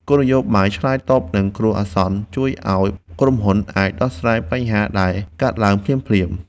គោលនយោបាយឆ្លើយតបនឹងគ្រោះអាសន្នជួយឱ្យក្រុមហ៊ុនអាចដោះស្រាយបញ្ហាដែលកើតឡើងភ្លាមៗ។